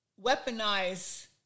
weaponize